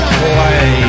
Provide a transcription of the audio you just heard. play